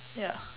ya